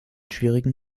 schwierigen